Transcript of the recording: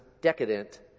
decadent